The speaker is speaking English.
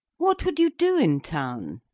what would you do in town?